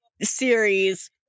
series